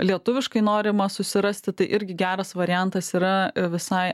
lietuviškai norima susirasti tai irgi geras variantas yra visai